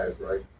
right